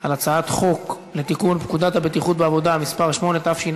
על הצעת חוק לתיקון פקודת הבטיחות בעבודה (מס' 8),